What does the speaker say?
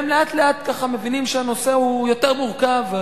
הם לאט לאט ככה מבינים שהנושא הוא יותר מורכב,